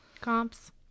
Comps